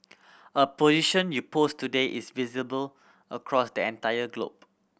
a position you post today is visible across the entire globe